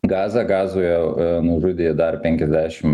gazą gazoje nužudė dar penkiasdešim